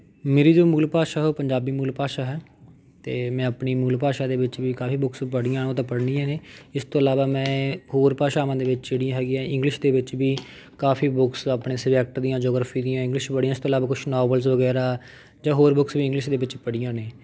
ਮੇਰੀ ਜੋ ਮੂਲ ਭਾਸ਼ਾ ਉਹ ਪੰਜਾਬੀ ਮੂਲ ਭਾਸ਼ਾ ਹੈ ਅਤੇ ਮੈਂ ਆਪਣੀ ਮੂਲ ਭਾਸ਼ਾ ਦੇ ਵਿੱਚ ਵੀ ਕਾਫੀ ਬੁੱਕਸ ਪੜ੍ਹੀਆਂ ਉਹ ਤਾਂ ਪੜ੍ਹਨੀਆਂ ਨੇ ਇਸ ਤੋਂ ਇਲਾਵਾ ਮੈਂ ਹੋਰ ਭਾਸ਼ਾਵਾਂ ਦੇ ਵਿੱਚ ਜਿਹੜੀਆਂ ਹੈਗੀਆਂ ਇੰਗਲਿਸ਼ ਦੇ ਵਿੱਚ ਵੀ ਕਾਫੀ ਬੁੱਕਸ ਆਪਣੇ ਸਬਜੈਕਟ ਦੀਆਂ ਜੋਗਰਫੀ ਦੀਆਂ ਇੰਗਲਿਸ਼ ਵਾਲੀਆਂ ਇਸ ਤੋਂ ਇਲਾਵਾ ਕੁਛ ਨੋਵਲਜ਼ ਵਗੈਰਾ ਜਾਂ ਹੋਰ ਬੁੱਕਸ ਵੀ ਇੰਗਲਿਸ਼ ਦੇ ਵਿੱਚ ਪੜ੍ਹੀਆਂ ਨੇ